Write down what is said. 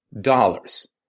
dollars